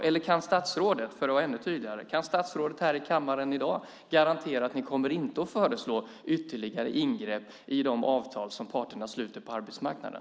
Eller för att vara ännu tydligare: Kan statsrådet i dag i kammaren garantera att regeringen inte kommer att föreslå ytterligare ingrepp i de avtal som parterna sluter på arbetsmarknaden?